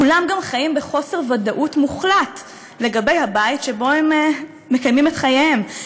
כולם גם חיים בחוסר ודאות מוחלט לגבי הבית שבו הם מקיימים את חייהם,